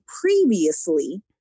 previously